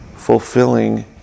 fulfilling